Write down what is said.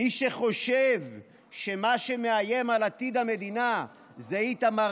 מי שחושב שמה שמאיים על עתיד המדינה זה איתמר